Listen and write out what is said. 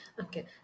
Okay